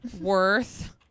worth